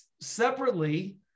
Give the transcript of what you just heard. Separately